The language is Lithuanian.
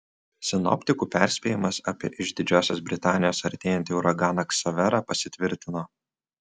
sinoptikų perspėjimas apie iš didžiosios britanijos artėjantį uraganą ksaverą pasitvirtino